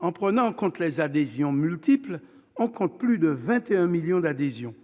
En prenant en considération les adhésions multiples, on compte plus de 21 millions d'adhésions.